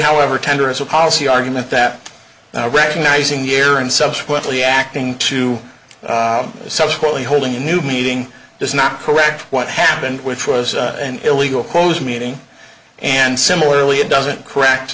however tender as a policy argument that now recognizing year and subsequently acting to subsequently holding a new meeting does not correct what happened which was an illegal close meeting and similarly it doesn't correct